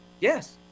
Yes